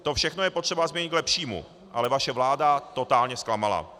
To všechno je potřeba změnit k lepšímu, ale vaše vláda totálně zklamala.